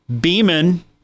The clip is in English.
Beeman